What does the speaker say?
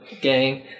gang